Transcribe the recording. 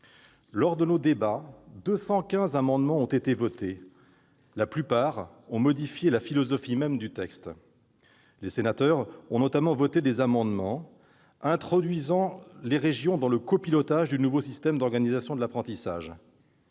Lors de nos débats, 215 amendements ont été votés, la plupart ont modifié la philosophie même du texte. Les sénateurs ont notamment voté des amendements introduisant les régions dans le copilotage du nouveau système d'organisation de l'apprentissage,